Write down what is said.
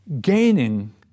gaining